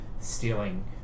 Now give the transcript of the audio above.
stealing